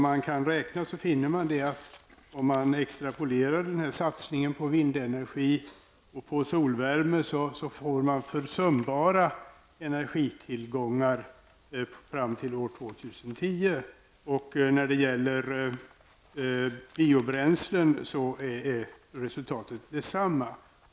Med andra ord: Om man extrapolerar satsningen på vindenergi och solvärme, finner man att man den vägen får försumbara energitillskott fram till år 2010. När det gäller biobränslen är resultatet detsamma.